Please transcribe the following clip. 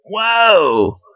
whoa